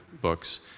books